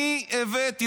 אני הבאתי.